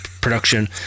production